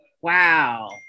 Wow